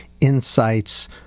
insights